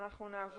אני רק אומר